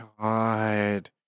God